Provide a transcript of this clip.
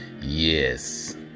yes